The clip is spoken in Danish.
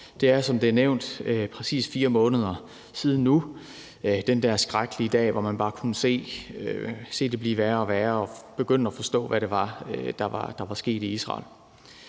Det er, som det er nævnt, præcis 4 måneder siden nu, at den der skrækkelige dag fandt sted, hvor man bare kunne se det blive værre og værre og begynde at forstå, hvad det var, der var sket i Israel.